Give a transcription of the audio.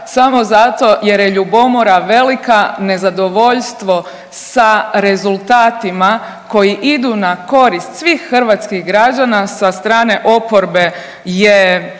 samo zato jer je ljubomora velika. Nezadovoljstvo sa rezultatima koji idu na korist svih hrvatskih građana sa strane oporbe je